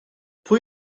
pwy